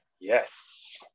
yes